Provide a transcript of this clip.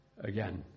again